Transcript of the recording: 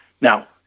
Now